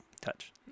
touch